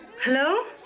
Hello